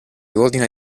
ordina